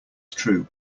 true